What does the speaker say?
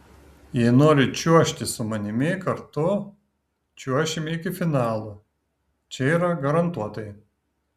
jei nori čiuožti su manimi kartu čiuošime iki finalo čia yra garantuotai